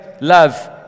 love